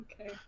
Okay